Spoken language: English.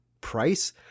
price